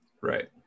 Right